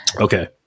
Okay